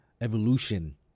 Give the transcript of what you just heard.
evolution